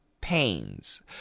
pains